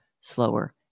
slower